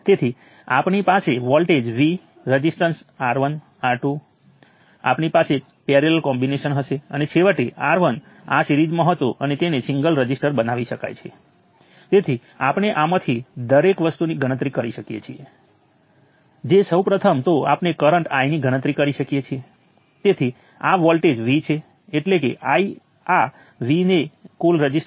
હવે મારે સોલ્વ કરવા માટે કેટલાક વેરિયેબલ્સ પસંદ કરવા પડશે જેમ કે મેં નોડલ એનાલિસિસ કરતી વખતે કહ્યું હતું કે હું KCL સમીકરણોથી શરૂઆત કરીશ પરંતુ સમીકરણોની શરતો લખતી વખતે હું કિર્ચોફ વોલ્ટેજ લૉ તેમજ એલિમેન્ટ સંબંધોનો સ્પષ્ટ પણે ઉપયોગ કરીશ